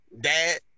dad